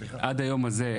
עד היום הזה,